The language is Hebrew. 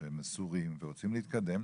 שהם מסורים ורוצים להתקדם,